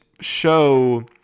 show